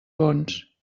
bons